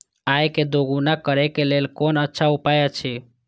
आय के दोगुणा करे के लेल कोन अच्छा उपाय अछि?